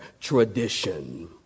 tradition